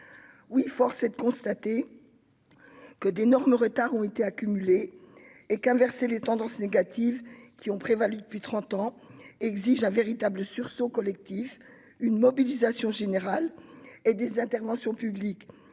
Force est de constater que d'énormes retards ont été accumulés et qu'inverser les tendances négatives qui ont prévalu depuis près de trente ans exige un véritable sursaut collectif, une mobilisation générale et des interventions publiques